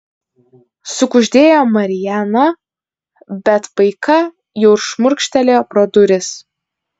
sukuždėjo mariana bet paika jau šmurkštelėjo pro duris